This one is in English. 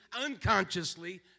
unconsciously